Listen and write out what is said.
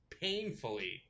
painfully